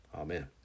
Amen